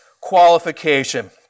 qualification